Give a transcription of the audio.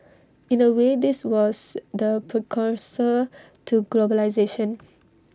in A way this was the precursor to globalisation